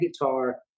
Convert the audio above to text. guitar